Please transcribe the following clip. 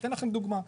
אני אתן לכם דוגמה.